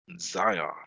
Zion